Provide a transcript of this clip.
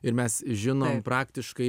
ir mes žinom praktiškai